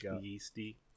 yeasty